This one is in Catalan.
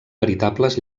veritables